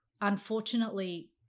unfortunately